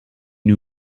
new